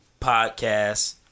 Podcast